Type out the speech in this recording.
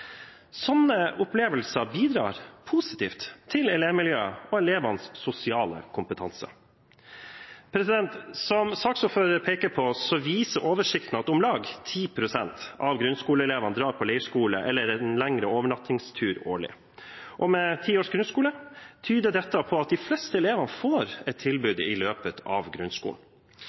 Sånne opplevelser bidrar positivt til elevmiljøet og elevenes sosiale kompetanse. Som saksordføreren peker på, viser oversikten at om lag 10 pst. av grunnskoleelevene drar på leirskole eller en lengre overnattingstur årlig. Med ti års grunnskole tyder dette på at de fleste elevene får et tilbud i løpet av grunnskolen.